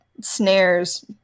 snares